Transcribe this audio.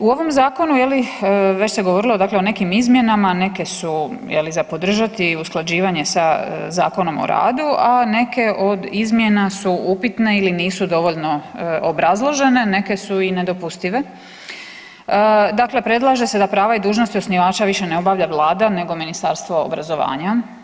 U ovom zakonu je li već se govorilo dakle o nekim izmjenama, neke su je li za podržati, usklađivanje sa Zakonom o radu, a neke od izmjena su upitne ili nisu dovoljno obrazložene, neke su i nedopustive, dakle predlaže se da prava i dužnosti osnivača više ne obavlja vlada nego Ministarstvo obrazovanja.